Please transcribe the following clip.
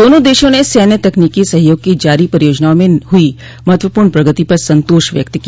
दोनों देशों ने सैन्य तकनीकी सहयोग की जारी परियोजनाओं में हुइ महत्वपूर्ण प्रगति पर संतोष व्यक्त किया